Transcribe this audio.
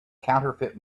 counterfeit